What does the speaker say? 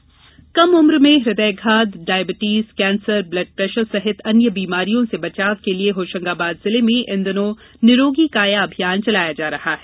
स्वास्थ्य अभियान कम उम्र में हदयघात डायबिटीज कैंसर ब्लड प्रेशर सहित अन्य बीमारियों से बचाव के लिये होशंगाबाद जिले में इन दिनों निरोगी काया अभियान चलाया जा रहा है